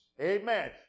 Amen